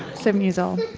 seven years old.